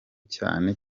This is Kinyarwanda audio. cyane